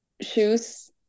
shoes